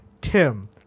Tim